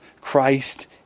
Christ